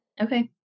Okay